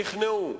נכנעו,